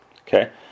Okay